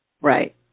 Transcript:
Right